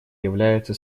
является